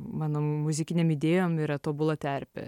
mano muzikinėm idėjom yra tobula terpė